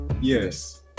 Yes